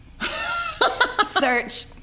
Search